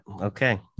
okay